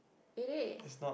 it is